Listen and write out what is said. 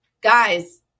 guys